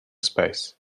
space